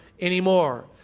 anymore